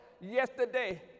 Yesterday